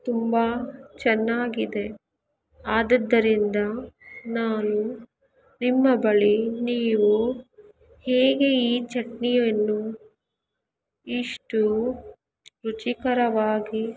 ತುಂಬ ಚೆನ್ನಾಗಿದೆ ಆದದ್ದರಿಂದ ನಾನು ನಿಮ್ಮ ಬಳಿ ನೀವು ಹೇಗೆ ಈ ಚಟ್ನಿಯನ್ನು ಇಷ್ಟು ರುಚಿಕರವಾಗಿ